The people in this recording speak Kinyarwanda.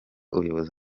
ubuyobozi